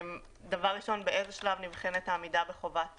דבר ראשון, באיזה שלב נבחנת העמידה בחובת